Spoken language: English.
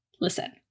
listen